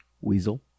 Weasel